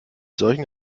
solchen